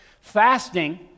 Fasting